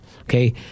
okay